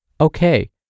okay